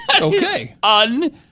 Okay